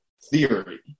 theory